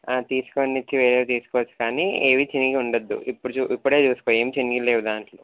తీసుకొనిచ్చి వేరేవి తీసుకోవొచ్చు కానీ ఏవి చినిగి ఉండొద్దు ఇప్పుడు ఇప్పుడే చూసుకో ఏమి చిరిగి లేవు దాంట్లో